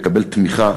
הוא יקבל תמיכה,